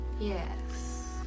Yes